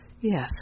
Yes